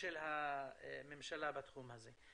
של הממשלה בתחום הזה.